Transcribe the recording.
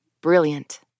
Brilliant